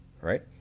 right